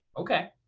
ok.